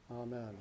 Amen